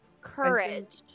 Courage